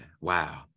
Wow